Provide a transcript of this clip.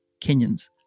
Kenyans